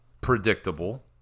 Predictable